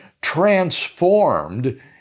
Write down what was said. transformed